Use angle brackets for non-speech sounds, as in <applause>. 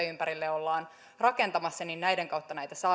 <unintelligible> ympärille ollaan rakentamassa näitä